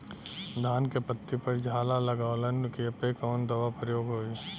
धान के पत्ती पर झाला लगववलन कियेपे कवन दवा प्रयोग होई?